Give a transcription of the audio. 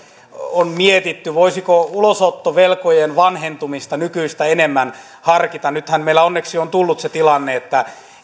on mietitty voisiko ulosottovelkojen vanhentumista nykyistä enemmän harkita nythän meillä onneksi on tullut se tilanne että